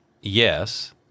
yes